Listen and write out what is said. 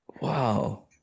Wow